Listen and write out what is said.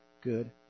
good